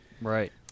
Right